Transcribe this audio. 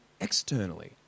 externally